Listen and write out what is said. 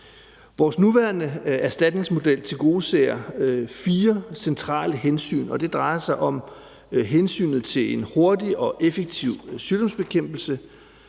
Vores nuværende erstatningsmodel tilgodeser fire centrale hensyn. Det drejer sig om hensynet til en hurtig og effektiv sygdomsbekæmpelse,